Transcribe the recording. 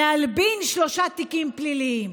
להלבין שלושה תיקים פליליים.